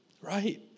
right